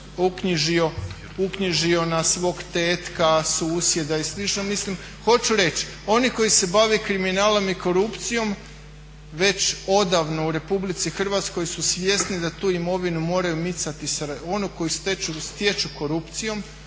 uknjižio na svog tetka, susjeda i slično. Mislim, hoću reći oni koji se bave kriminalom i korupcijom već odavno u RH su svjesni da tu imovinu moraju micati, onu koju stiču korupcijom